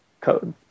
code